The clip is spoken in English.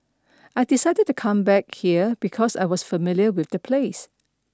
I decided to come back here because I was familiar with the place